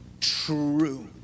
true